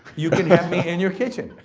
you can have me in your kitchen.